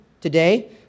today